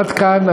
עד כאן,